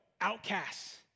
outcasts